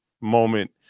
moment